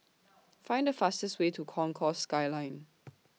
Find The fastest Way to Concourse Skyline